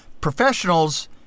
professionals